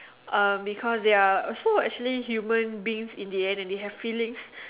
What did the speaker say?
uh because they're actually human beings in the end and they have feelings